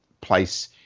place